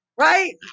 Right